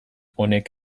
honek